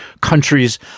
countries